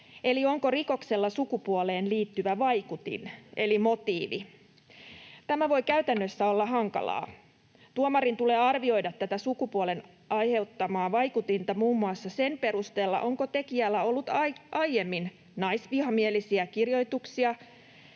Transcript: eli onko rikoksella sukupuoleen liittyvä vaikutin eli motiivi. Tämä voi käytännössä olla hankalaa. Tuomarin tulee arvioida tätä sukupuolen aiheuttamaa vaikutinta muun muassa sen perusteella, onko tekijällä ollut aiemmin naisvihamielisiä kirjoituksia,